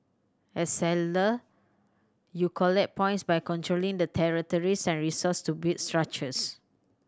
as settler you collect points by controlling the territories and resource to build structures